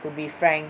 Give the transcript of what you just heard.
to be frank